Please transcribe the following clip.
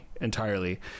entirely